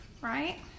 Right